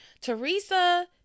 Teresa